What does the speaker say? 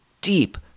deep